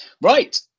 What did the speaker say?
right